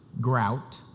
grout